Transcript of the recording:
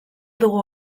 dugu